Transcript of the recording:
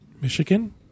Michigan